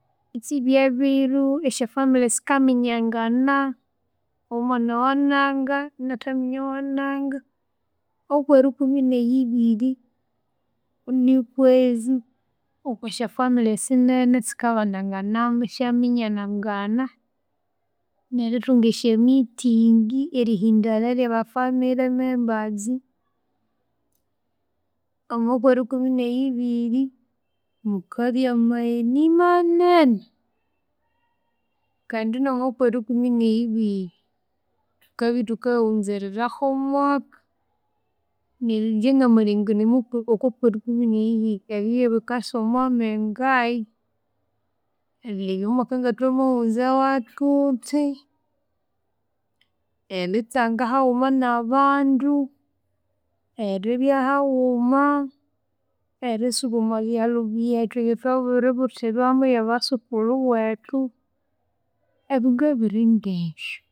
Isibyebiru esyafamily sikaminyangana. Omwana wananga inathaminya owananga, okwerikumi neyibiri nikwezi okwesyafamilly esinene sikabananganamu syanyana nerithunga esyameeting erihindana rya bafamiy members. Omwokwerikumi neyibiri mukabya magheni manene. Kandi nahu okwerikumi nibiri thukathukaya wunzererahu omwaka. Neryu ingye namalengekania omwa okwakezi kwerikumi nibiri ebyu nibyobikasa omwamenge ayi erilebya kutse erilebya omwaa ngathwamawunzawu thuthi, eritsanga hawuma nabandu, eribyahahuma, erisuba omwabyalhu byethu ebyathwabiributhirwamu ewabasuku wethu ebindu ebiringa ebyu